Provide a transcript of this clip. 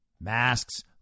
masks